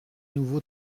nouveau